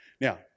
Now